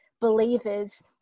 believers